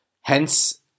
Hence